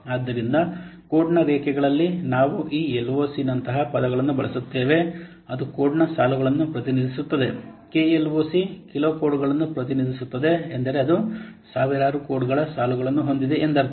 ಆದ್ದರಿಂದ ಕೋಡ್ನ ರೇಖೆಗಳಲ್ಲಿ ನಾವು ಈ LOC ನಂತಹ ಪದಗಳನ್ನು ಬಳಸುತ್ತೇವೆ ಅದು ಕೋಡ್ನ ಸಾಲುಗಳನ್ನು ಪ್ರತಿನಿಧಿಸುತ್ತದೆ KLOC ಕಿಲೋ ಕೋಡ್ಗಳನ್ನು ಪ್ರತಿನಿಧಿಸುತ್ತದೆ ಎಂದರೆ ಅದು ಸಾವಿರಾರು ಕೋಡ್ಗಳ ಸಾಲುಗಳನ್ನು ಹೊಂದಿದೆ ಎಂದರ್ಥ